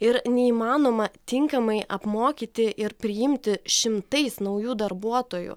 ir neįmanoma tinkamai apmokyti ir priimti šimtais naujų darbuotojų